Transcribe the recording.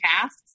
tasks